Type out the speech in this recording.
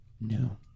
No